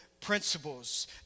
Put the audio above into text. principles